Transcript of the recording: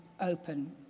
open